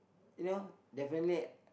you know definitely